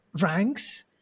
ranks